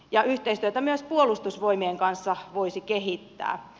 ja yhteistyötä myös puolustusvoimien kanssa voisi kehittää